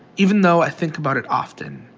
even though i think about it often,